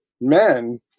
men